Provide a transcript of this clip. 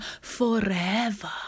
forever